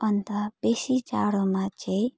अन्त बेसी जाडोमा चाहिँ